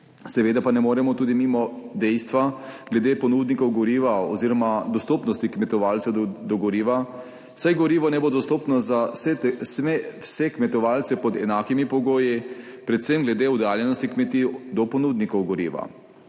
Seveda pa ne moremo tudi mimo dejstva glede ponudnikov goriva oziroma dostopnosti kmetovalcev do goriva, saj gorivo ne bo dostopno za vse kmetovalce pod enakimi pogoji, predvsem glede oddaljenosti kmetij do ponudnikov goriva.